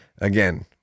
Again